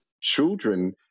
children